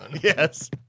Yes